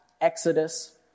Exodus